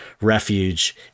refuge